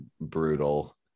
brutal